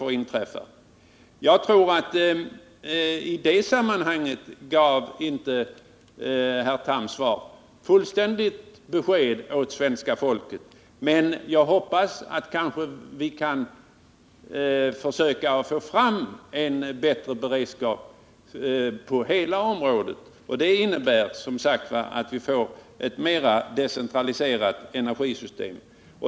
Här tror jag inte att Carl Tham gav ett fullständigt besked åt svenska folket. Men jag hoppas att vi kan försöka få fram en beredskap på hela området. Det innebär, som sagt, att vi får ett mer decentraliserat energisystem.